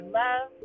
love